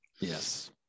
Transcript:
Yes